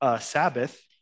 Sabbath